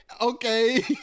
Okay